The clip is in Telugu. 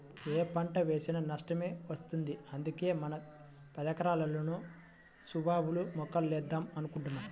యే పంట వేసినా నష్టమే వత్తంది, అందుకే మన పదెకరాల్లోనూ సుబాబుల్ మొక్కలేద్దాం అనుకుంటున్నా